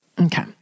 Okay